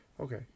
Okay